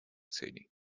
целей